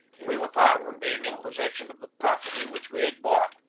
we were far from being in possession of the property which we had bought.